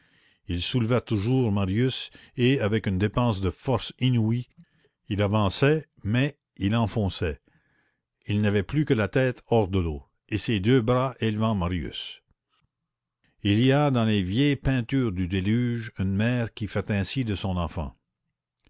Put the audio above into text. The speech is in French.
il soulevait toujours marius et avec une dépense de force inouïe il avançait mais il enfonçait il n'avait plus que la tête hors de l'eau et ses deux bras élevant marius il y a dans les vieilles peintures du déluge une mère qui fait ainsi de son enfant